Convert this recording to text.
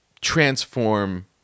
transform